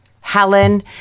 helen